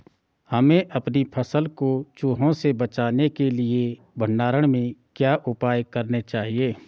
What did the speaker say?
हमें अपनी फसल को चूहों से बचाने के लिए भंडारण में क्या उपाय करने चाहिए?